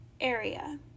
area